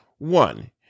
One